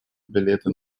билеты